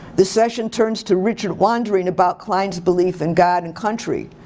the session turns to richard wondering about klein's belief in god and country.